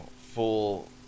full